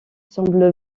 semble